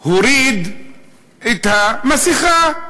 הוריד את המסכה.